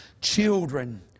Children